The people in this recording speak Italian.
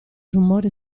rumore